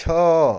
ଛଅ